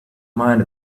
mind